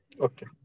Okay